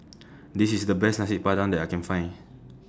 This IS The Best Nasi Padang that I Can Find